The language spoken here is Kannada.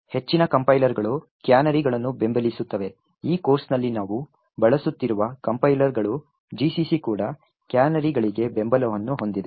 ಹೆಚ್ಚಿನ ಕಂಪೈಲರ್ಗಳು ಕ್ಯಾನರಿಗಳನ್ನು ಬೆಂಬಲಿಸುತ್ತವೆ ಈ ಕೋರ್ಸ್ನಲ್ಲಿ ನಾವು ಬಳಸುತ್ತಿರುವ ಕಂಪೈಲರ್ಗಳು GCC ಕೂಡ ಕ್ಯಾನರಿಗಳಿಗೆ ಬೆಂಬಲವನ್ನು ಹೊಂದಿದೆ